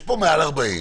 יש פה מעל 40,